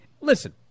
listen